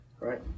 right